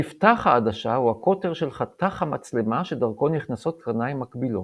מפתח העדשה הוא הקוטר של חתך המצלמה שדרכו נכנסות קרניים מקבילות.